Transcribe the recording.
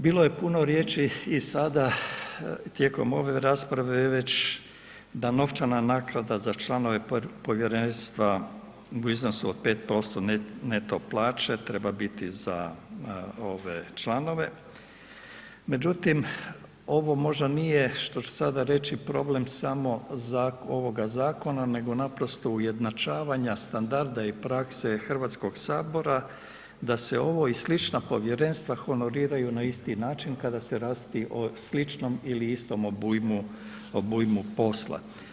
Bilo je puno riječi i sada tijekom ove rasprave i već da novčana naknada za članove povjerenstva u iznosu od 5% neto plaće treba biti za ove članove međutim ovo možda nije što ću sada reći problem samo ovoga zakona nego naprosto ujednačavanja standarda i prakse Hrvatskog sabora da se ovo i slična povjerenstva honoriraju na isti način kada se radi o sličnom ili istom obujmu posla.